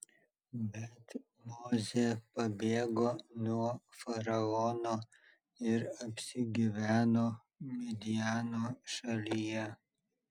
bet mozė pabėgo nuo faraono ir apsigyveno midjano šalyje